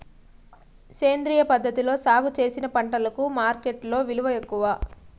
సేంద్రియ పద్ధతిలో సాగు చేసిన పంటలకు మార్కెట్టులో విలువ ఎక్కువ